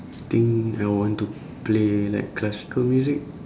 think I want to play like classical music